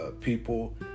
people